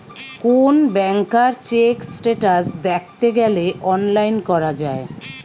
কোন ব্যাংকার check status দ্যাখতে গ্যালে অনলাইন করা যায়